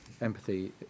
empathy